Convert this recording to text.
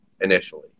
initially